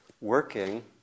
working